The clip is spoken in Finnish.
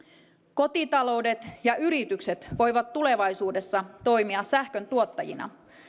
kotitaloudet ja yritykset voivat tulevaisuudessa toimia sähköntuottajina